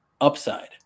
upside